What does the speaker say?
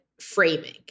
framing